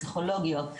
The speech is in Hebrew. פסיכולוגיות,